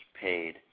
paid